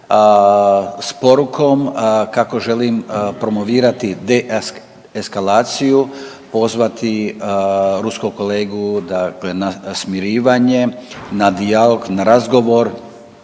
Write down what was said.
s porukom kako želim promovirati deeskalaciju, pozvati ruskog kolegu dakle na smirivanje, na dijalog, na razgovor,